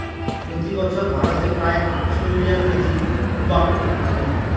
প্রতি বছর ভারতে প্রায় আটশো মিলিয়ন কেজি টোবাকো উৎপাদন হয়